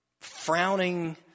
frowning